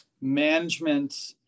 management